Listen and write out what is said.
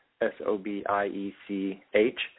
S-O-B-I-E-C-H